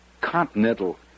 continental